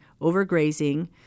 overgrazing